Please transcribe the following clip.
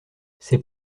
c’est